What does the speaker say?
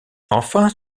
enfin